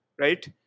right